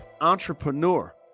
entrepreneur